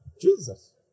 Jesus